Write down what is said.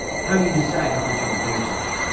how do you decide how much you're gonna pay yourself?